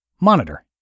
monitor